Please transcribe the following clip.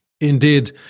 indeed